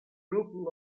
group